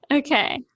Okay